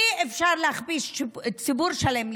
אי-אפשר להכפיש ציבור שלם,